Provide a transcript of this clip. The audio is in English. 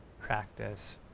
practice